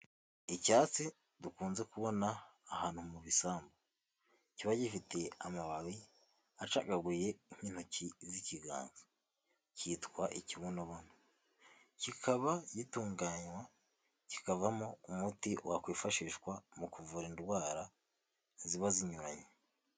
Icyatsi dukunze kubona ahantu mu bisambu kiba gifite amababi acagaguye nk'intoki z'ikiganza cyitwa ikibonobono kikaba gitunganywa kikavamo umuti wakwifashishwa mu kuvura indwara ziba zinyuranye.